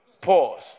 Pause